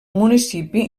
municipi